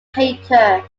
painter